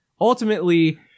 Ultimately